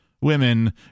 women